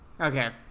Okay